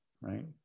Right